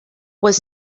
was